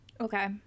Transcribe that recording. Okay